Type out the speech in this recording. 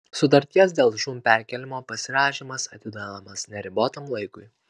sutarties dėl žūm perkėlimo pasirašymas atidedamas neribotam laikui